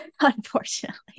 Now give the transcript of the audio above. unfortunately